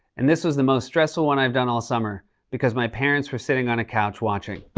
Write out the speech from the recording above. and this was the most stressful one i have done all summer because my parents were sitting on a couch watching.